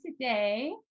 today